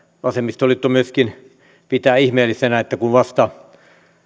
myöskin vasemmistoliitto pitää ihmeellisenä sitä että kun vasta vuoden